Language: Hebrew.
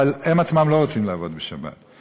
אבל הם עצמם לא רוצים לעבוד בשבת.